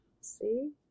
See